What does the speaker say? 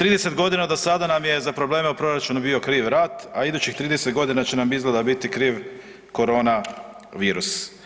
30 godina do sada nam je za probleme u proračunu bio kriv rat, a idućih 30 godina će nam izgleda, biti kriv koronavirus.